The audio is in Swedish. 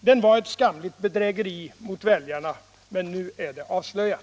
Den var ett skamligt bedrägeri mot väljarna, men nu är det avslöjat.